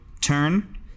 turn